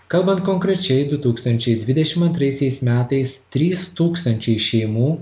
kalbant konkrečiai du tūkstančiai dvidešim antraisiais metais trys tūkstančiai šeimų